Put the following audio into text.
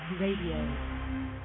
Radio